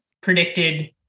predicted